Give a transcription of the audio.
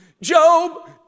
Job